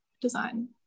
design